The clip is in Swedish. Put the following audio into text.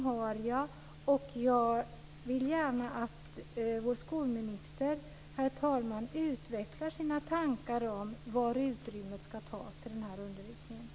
Jag vill gärna, herr talman, att vår skolminister utvecklar sina tankar om var utrymmet ska tas till den här undervisningen.